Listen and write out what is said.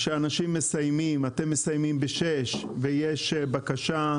שאנשים מסיימים אתם מסיימים ב-18:00 ויש בקשה,